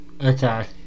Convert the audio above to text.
Okay